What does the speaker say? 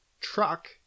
truck